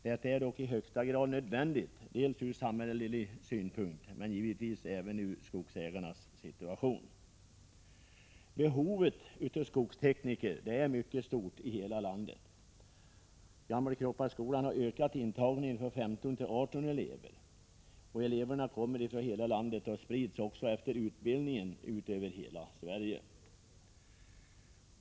Detta är dock i högsta grad nödvändigt, dels ur samhällelig synpunkt, dels givetvis även med tanke på skogsägarnas egen situation. Behovet av skogstekniker är mycket stort i hela landet. Gammelkroppaskolan har ökat intagningen från 15 till 18 elever. Eleverna kommer från hela landet och sprids efter utbildningen också ut över hela Sverige.